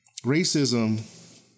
racism